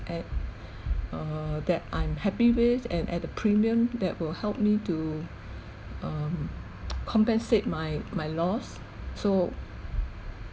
at err that I'm happy with and at a premium that will help me to um compensate my my loss so